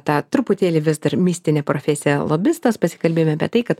ta truputėlį vis dar mistinė profesija lobistas pasikalbėjom apie tai kad